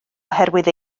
oherwydd